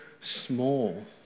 small